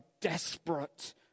desperate